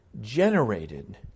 Generated